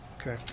Okay